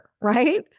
Right